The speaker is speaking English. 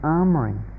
armoring